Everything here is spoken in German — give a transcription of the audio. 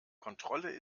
kontrolle